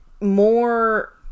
more